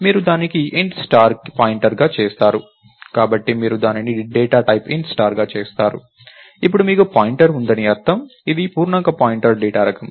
మీరు దానిని Int స్టార్కి పాయింటర్గా చేస్తారు కాబట్టి మీరు దానిని డేటా టైప్ Int స్టార్గా చేస్తారు ఇప్పుడు మీకు పాయింటర్ ఉందని అర్థం ఇది పూర్ణాంక పాయింటర్ డేటా రకం